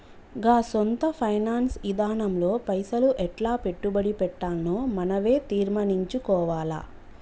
గా సొంత ఫైనాన్స్ ఇదానంలో పైసలు ఎట్లా పెట్టుబడి పెట్టాల్నో మనవే తీర్మనించుకోవాల